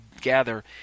gather